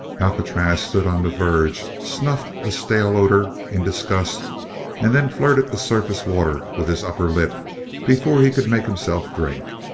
alcatraz stood on the verge, snuffed the stale odor in disgust and then flirted the surface water with his upper lip before he could make himself drink.